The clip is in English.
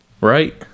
Right